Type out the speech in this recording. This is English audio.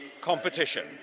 competition